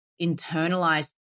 internalized